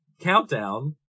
countdown